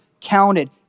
counted